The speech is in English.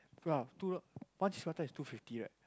twelve two one cheese prata is two fifty right